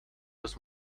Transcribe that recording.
was